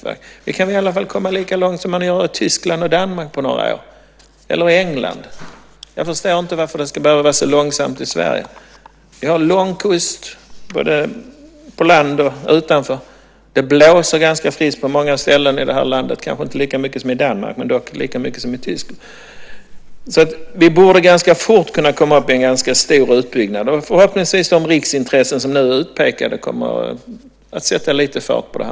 Vi kan i varje fall komma lika långt som man gör i Tyskland och Danmark på några år eller England. Jag förstår inte varför det ska vara så långsamt i Sverige. Vi har lång kust, och vindkraftverk går att placera både på land och utanför. Det blåser ganska friskt på många ställen i det här landet. Det blåser kanske inte lika mycket som i Danmark men dock lika mycket som i Tyskland. Vi borde ganska fort komma upp i en stor utbyggnad. De riksintressen som nu är utpekade kommer förhoppningsvis att sätta lite fart på detta.